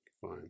Fine